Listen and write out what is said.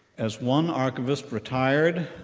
as one archivist retired,